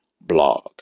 blog